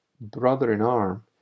brother-in-arm